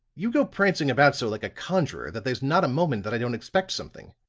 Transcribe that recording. you go prancing about so like a conjurer that there's not a moment that i don't expect something.